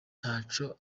ntaco